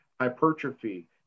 hypertrophy